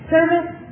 Service